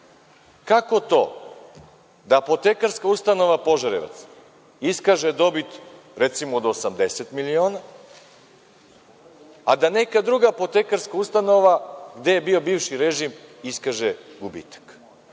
Kako to da Apotekarska ustanova Požarevac iskaže dobit recimo od 80 miliona, a da neka druga apotekarska ustanova gde je bio bivši režim iskaže gubitak?